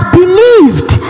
believed